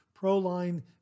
ProLine